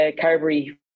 Carberry